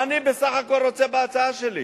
מה אני בסך הכול רוצה בהצעה שלי?